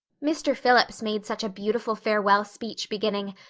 mr. phillips made such a beautiful farewell speech beginning,